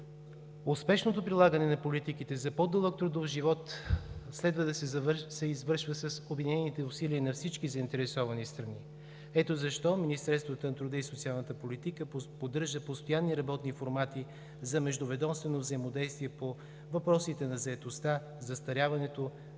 Успешното прилагане на политиките за по-дълъг трудов живот следва да се извършва с обединените усилия на всички заинтересовани страни. Ето защо Министерството на труда и социалната политика поддържа постоянни работни формати за междуведомствено взаимодействие по въпросите на заетостта, застаряването,